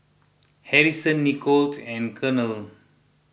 Harrison Nicolette and Colonel